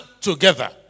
together